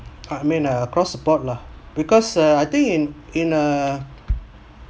I mean across the board lah because err I think in in uh